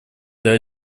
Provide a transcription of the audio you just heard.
для